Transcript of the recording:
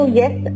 yes